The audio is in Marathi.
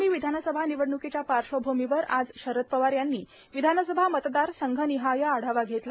आगामी विधानसभा निवडण्कीच्या पार्श्वभूमीवर आज शरद पवार यांनी विधानसभा मतदार संघनिहाय आढावा घेतला